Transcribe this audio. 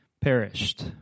perished